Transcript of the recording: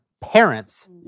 parents